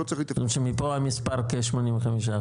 הבנתי, מפה המספר של כ-85%.